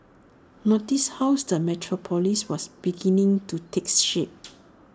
notice how is the metropolis was beginning to takes shape